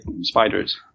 spiders